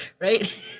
right